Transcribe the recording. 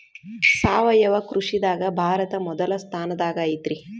ಸಾವಯವ ಕೃಷಿದಾಗ ಭಾರತ ಮೊದಲ ಸ್ಥಾನದಾಗ ಐತ್ರಿ